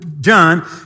John